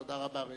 תודה רבה.